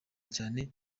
cyane